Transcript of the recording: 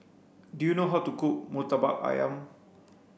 do you know how to cook Murtabak Ayam